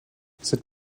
cette